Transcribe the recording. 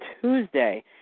Tuesday